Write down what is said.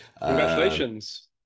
Congratulations